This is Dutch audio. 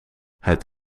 het